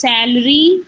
Salary